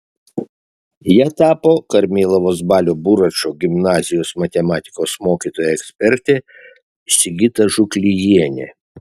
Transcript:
ja tapo karmėlavos balio buračo gimnazijos matematikos mokytoja ekspertė sigita žuklijienė